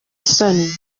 isoni